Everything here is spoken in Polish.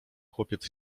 chłopiec